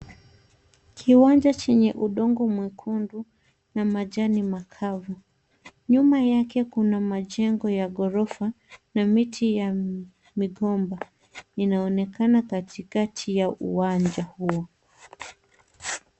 Kiwanja chenye udongo mwekundu na majani makavu. Nyuma yake kuna majengo ya ghorofa na miti ya migomba inaonekana katikati ya uwanja huo.